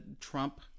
Trump